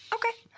okay.